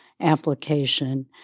application